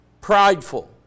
prideful